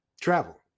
travel